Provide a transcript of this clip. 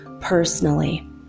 personally